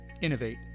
innovate